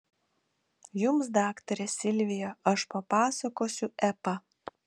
jums daktare silvija aš papasakosiu epą